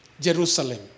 Jerusalem